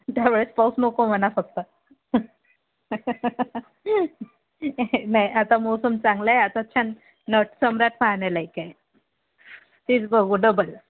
त्यावेळेस पाऊस नको म्हणा फक्त नाही आता मोसम चांगला आहे आता छान नटसम्राट पाहण्यालायक आहे तेच बघू डबल